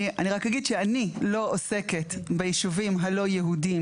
אני רק אגיד שאני לא עוסקת בישובים הלא יהודים